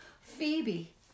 Phoebe